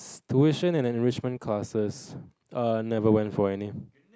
tuition and enrichment classes err never went for any